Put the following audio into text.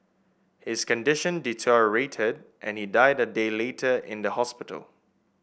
his condition deteriorated and he died a day later in the hospital